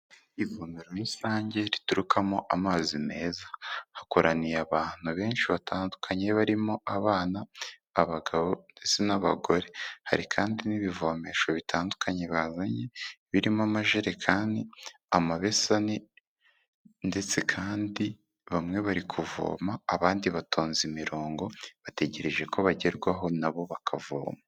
Ivumero rusange riturukamo amazi meza, hakoraniye abantu benshi batandukanye barimo abana, abagabo, ndetse n'abagore, hari kandi n'ibivomesho bitandukanye bazanye birimo amajerekani, amabeseni, ndetse kandi bamwe bari kuvoma abandi batonze imirongo bategereje ko bagerwaho na bo bakavoma.